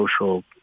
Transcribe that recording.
social